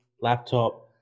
laptop